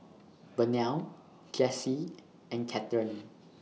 Burnell Jessy and Cathern